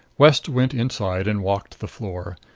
west went inside and walked the floor.